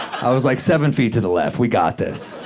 i was like, seven feet to the left, we got this.